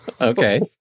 okay